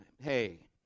hey